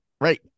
Right